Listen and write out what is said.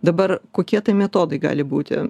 dabar kokie tai metodai gali būti